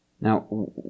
Now